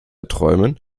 träumen